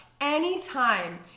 anytime